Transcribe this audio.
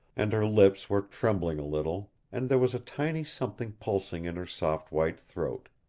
and her lips were trembling a little, and there was a tiny something pulsing in her soft white throat.